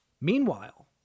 Meanwhile